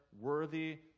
worthy